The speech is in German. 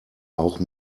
auch